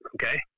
Okay